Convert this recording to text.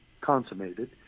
consummated